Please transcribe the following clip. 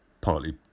partly